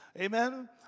Amen